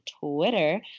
twitter